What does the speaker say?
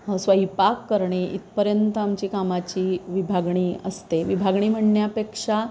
स्वयंपाक करणे इथपर्यंत आमची कामाची विभागणी असते विभागणी म्हणण्यापेक्षा